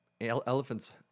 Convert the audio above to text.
elephants